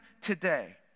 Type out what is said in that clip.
today